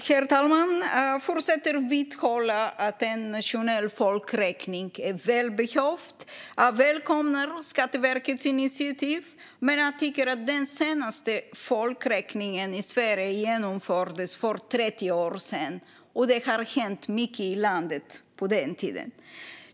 Herr talman! Jag fortsätter att vidhålla att en nationell folkräkning är välbehövlig. Jag välkomnar Skatteverkets initiativ. Men den senaste folkräkningen i Sverige genomfördes för 30 år sedan, och det har hänt mycket i landet sedan den tiden.